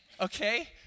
Okay